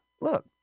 look